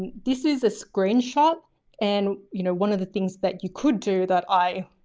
and this is a screenshot and you know, one of the things that you could do that i